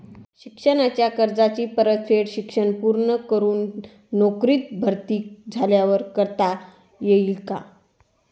शिक्षणाच्या कर्जाची परतफेड शिक्षण पूर्ण करून नोकरीत भरती झाल्यावर करता येईल काय?